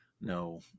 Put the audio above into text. No